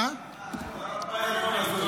תודה לינון אזולאי.